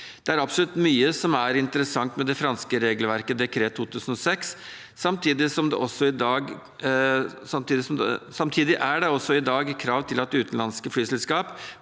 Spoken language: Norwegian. Det er absolutt mye som er interessant med det franske regelverket Decree 2006. Samtidig er det også i dag krav til at utenlandske flyselskap